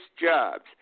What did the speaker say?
jobs